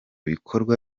bikorwa